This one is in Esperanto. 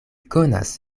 konas